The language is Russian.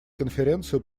конференцию